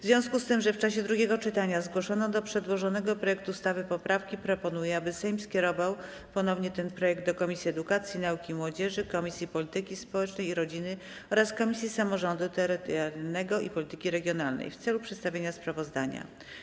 W związku z tym, że w czasie drugiego czytania zgłoszono do przedłożonego projektu ustawy poprawki, proponuję, aby Sejm skierował ponownie ten projekt do Komisji Edukacji, Nauki i Młodzieży, Komisji Polityki Społecznej i Rodziny oraz Komisji Samorządu Terytorialnego i Polityki Regionalnej w celu przedstawienia sprawozdania.